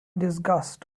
disgust